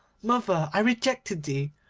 mother, i rejected thee.